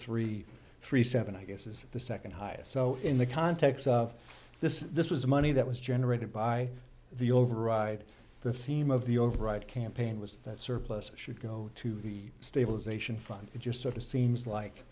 three three seven i guess is the second highest so in the context of this this was money that was generated by the override the theme of the override campaign was that surplus should go to the stabilization fund it just sort of seems like